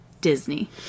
Disney